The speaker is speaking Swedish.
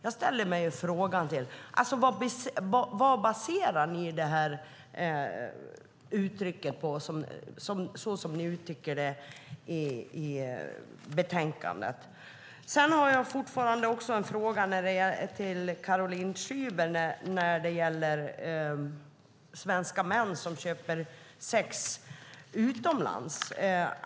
Jag ställer mig frågande till detta. Vad baserar ni detta på så som ni uttrycker det i betänkandet? Jag har fortfarande en fråga till Caroline Szyber om svenska män som köper sex utomlands.